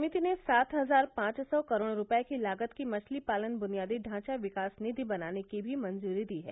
समिति ने सात हजार पांच सौ करोड़ रूपये की लागत की मछली पालन बुनियादी ढांचा विकास निधि बनाने की भी मंजूरी दी है